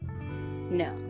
no